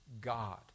God